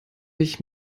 ich